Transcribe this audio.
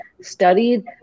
studied